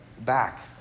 back